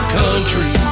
country